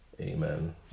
Amen